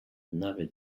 nave